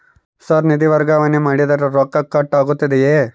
Sir ನಿಧಿ ವರ್ಗಾವಣೆ ಮಾಡಿದರೆ ರೊಕ್ಕ ಕಟ್ ಆಗುತ್ತದೆಯೆ?